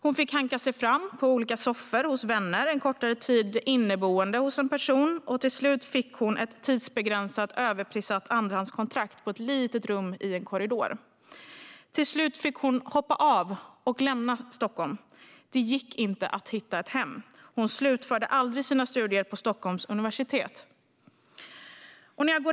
Hon fick hanka sig fram på soffor hos vänner och en kortare tid som inneboende hos en person tills hon fick ett tidsbegränsat, överprissatt andrahandskontrakt på ett litet rum i en korridor. Till slut fick hon hoppa av och lämna Stockholm. Det gick inte att hitta ett hem. Hon slutförde aldrig sina studier på Stockholms universitet.